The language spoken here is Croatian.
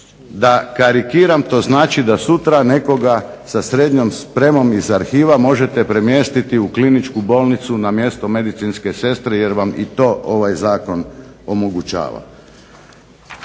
Da karikiram, to znači da sutra nekoga sa srednjom spremom iz Arhiva možete premjestiti u kliničku bolnicu na mjesto medicinske sestre jer vam i to ovaj zakon omogućava.